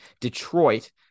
Detroit